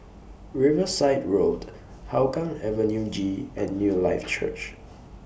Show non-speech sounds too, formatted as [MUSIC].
Riverside Road Hougang Avenue G and Newlife Church [NOISE]